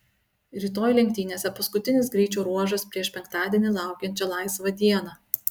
rytoj lenktynėse paskutinis greičio ruožas prieš penktadienį laukiančią laisvą dieną